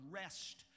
rest